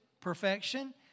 perfection